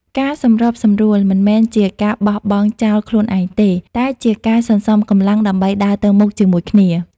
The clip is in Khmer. ការសម្របសម្រួល មិនមែនជាការបោះបង់ចោលខ្លួនឯងទេ តែជាការសន្សំកម្លាំងដើម្បីដើរទៅមុខជាមួយគ្នា។